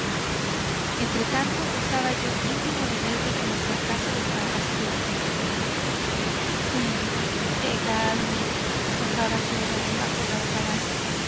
entretanto gozaba yo íntimo deleite con el fracaso del padrastrillo hum pegarme rezongaba yo aún bajo la hojarasca